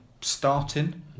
starting